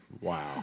Wow